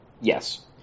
Yes